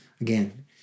again